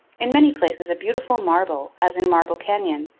in many places a beautiful marble, as in marble canyon.